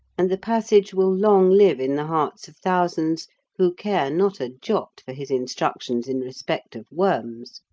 and the passage will long live in the hearts of thousands who care not a jot for his instructions in respect of worms.